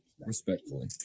Respectfully